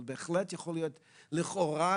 כי איך שזה מתקדם כרגע זה נראה שועט לכיוון תאונה.